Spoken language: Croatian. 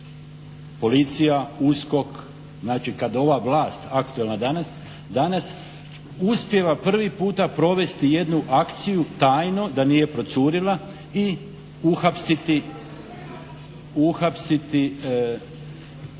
Policija, USKOK znači kada ova vlast aktualna danas uspijeva prvi puta provesti jednu akciju tajno da nije procurila i uhapsiti